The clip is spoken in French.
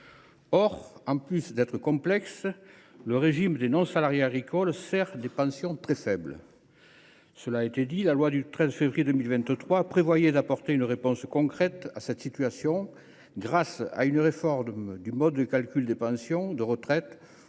Or, en plus d’être complexe, le régime des non salariés agricoles sert des pensions très faibles. La loi du 13 février 2023 prévoyait d’apporter une réponse concrète à ce problème, grâce à une réforme du mode de calcul des pensions, lequel